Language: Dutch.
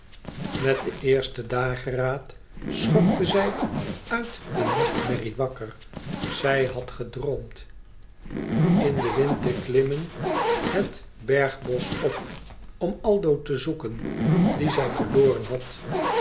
met den eersten dageraad schokte zij uit een nachtmerrie wakker zij had gedroomd in den wind te klimmen het bergbosch no op om aldo te zoekcn dsen zij verloren had